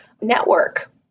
network